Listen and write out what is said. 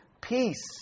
peace